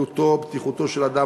בריאותו או בטיחותו של אדם,